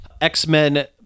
X-Men